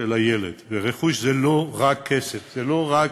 של הילד, ורכוש זה לא רק כסף, זה לא רק